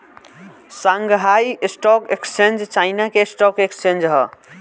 Shanghai stock exchange China के stock exchange ह